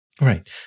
Right